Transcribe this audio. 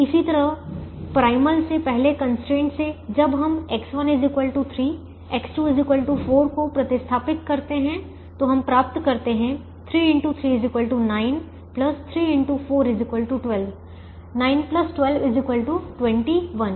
इसी तरह प्राइमल से पहले कंस्ट्रेंट से जब हम X1 3 X2 4 को प्रतिस्थापित करते हैं तो हम प्राप्त करते हैं 9 12 9 12 21 इसलिए u1 0